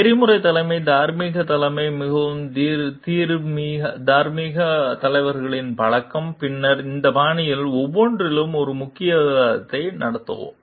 நெறிமுறை தலைமை தார்மீக தலைமை மிகவும் தார்மீக தலைவர்களின் பழக்கம் பின்னர் இந்த பாணிகள் ஒவ்வொன்றிலும் ஒரு குறுகிய விவாதத்தை நடத்துவோம்